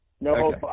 No